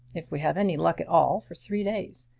if we have any luck at all, for three days!